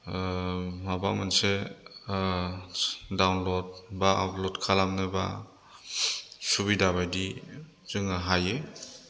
माबा मोनसे डाउनल'ड बा आपल'ड खालामनोबा सुबिदा बायदि जोङो हायो